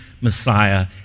Messiah